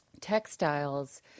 textiles